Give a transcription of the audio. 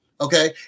Okay